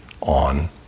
on